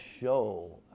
show